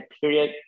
period